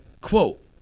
quote